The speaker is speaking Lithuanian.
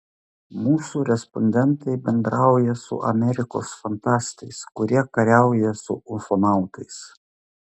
mūsų respondentai bendrauja su amerikos fantastais kurie kariauja su ufonautais